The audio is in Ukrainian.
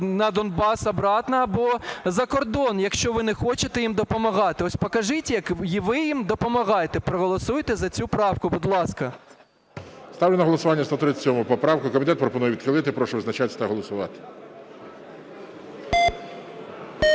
на Донбас обратно, або за кордон, якщо ви не хочете їм допомагати. Ось покажіть, як ви їм допомагаєте – проголосуйте за цю правку, будь ласка. ГОЛОВУЮЧИЙ. Ставлю на голосування 137 поправку. Комітет пропонує відхилити. Прошу визначатись та голосувати.